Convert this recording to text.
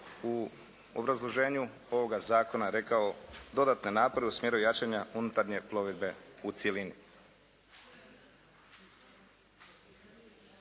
u obrazloženju ovoga zakona rekao dodatne napore u smjeru jačanja unutarnje plovidbe u cjelini.